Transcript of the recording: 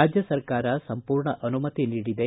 ರಾಜ್ಯ ಸರ್ಕಾರ ಸಂಪೂರ್ಣ ಅನುಮತಿ ನೀಡಿದೆ